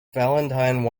valentine